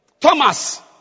Thomas